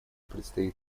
предстоит